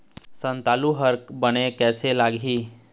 संतालु हर बने कैसे लागिही?